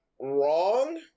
wrong